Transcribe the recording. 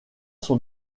son